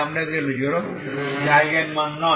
একটি আইগেন মান নয়